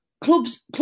clubs